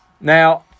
Now